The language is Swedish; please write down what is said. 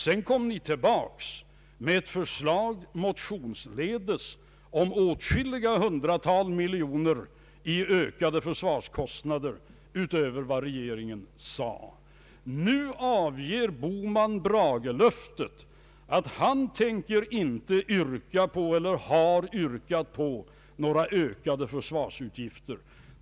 Sedan kom ni tillbaka med ett förslag motionsledes om åtskilliga hundratal miljoner kronor i ökade försvarskostnader utöver vad regeringen föreslagit. Nu avger herr Bohman bragelöftet att han inte tänker yrka på några ökade försvarsutgifter.